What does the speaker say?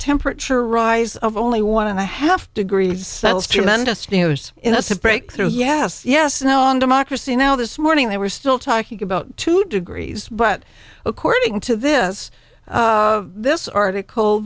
temperature rise of only one and a half degrees settles tremendously who's innocent breakthroughs yes yes no on democracy now this morning they were still talking about two degrees but according to this this article